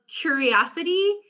curiosity